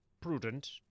prudent